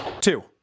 Two